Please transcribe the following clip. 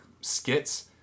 skits